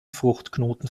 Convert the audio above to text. fruchtknoten